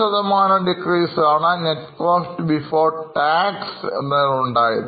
60 decrease ആണ് net profit before tax എന്നതിൽ ഉണ്ടായത്